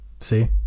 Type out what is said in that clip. See